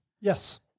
Yes